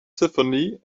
tiffany